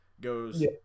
goes